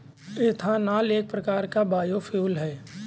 ethanol एक प्रकार का बायोफ्यूल है